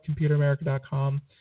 ComputerAmerica.com